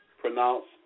pronounced